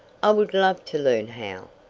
i would love to learn how!